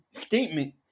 statement